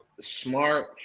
smart